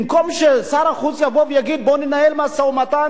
במקום ששר החוץ יבוא ויגיד: בואו וננהל משא-ומתן